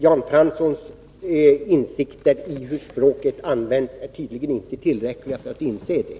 Jan Franssons insikter i hur språket används är tydligen inte tillräckliga för att inse det.